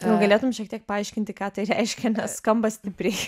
gal galėtum šiek tiek paaiškinti ką tai reiškia nes skamba stipriai